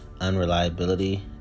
unreliability